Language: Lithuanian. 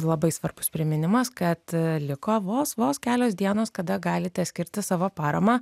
labai svarbus priminimas kad liko vos vos kelios dienos kada galite skirti savo paramą